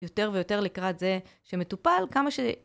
יותר ויותר לקראת זה שמטופל כמה ש...